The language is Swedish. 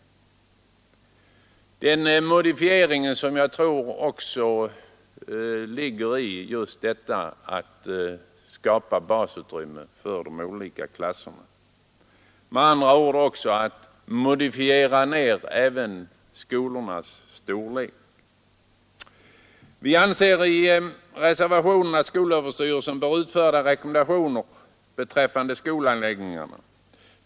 En sådan modifiering tror jag är att skapa basutrymmen för de olika klasserna. Man måste med andra ord också modifiera skolornas storlek. Vi säger i reservationen att skolöverstyrelsen bör utfärda rekommendationer beträffande skolanläggningarna.